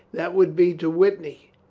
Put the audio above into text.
that will be to witney,